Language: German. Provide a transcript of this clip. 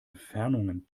entfernungen